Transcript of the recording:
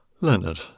Leonard